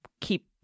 keep